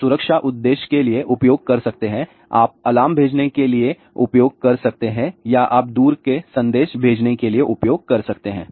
आप सुरक्षा उद्देश्य के लिए उपयोग कर सकते हैं आप अलार्म भेजने के लिए उपयोग कर सकते हैं या आप दूर के संदेश भेजने के लिए उपयोग कर सकते हैं